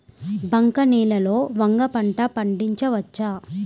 బంక నేలలో వంగ పంట పండించవచ్చా?